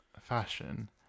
fashion